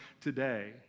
today